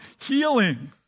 healing